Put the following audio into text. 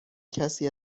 کسی